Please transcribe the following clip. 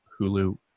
Hulu